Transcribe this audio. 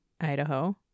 Idaho